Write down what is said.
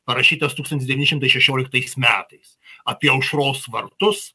parašytas tūkstantis devyni šimtai šešioliktais metais apie aušros vartus